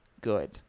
good